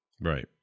Right